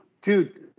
dude